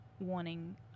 wanting